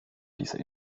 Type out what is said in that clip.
dieser